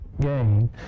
gain